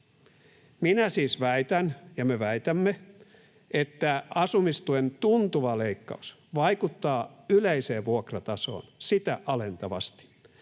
Minä siis väitän, ja me väitämme, että asumistuen tuntuva leikkaus vaikuttaa yleiseen vuokratasoon sitä alentavasti.